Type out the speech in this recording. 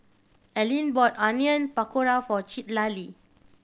Allene bought Onion Pakora for Citlali